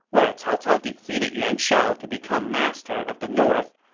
where cao cao defeated yuan shao to become master of the north,